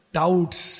doubts